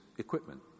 equipment